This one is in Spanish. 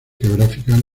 geográficas